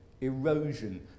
erosion